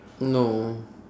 no